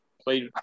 Played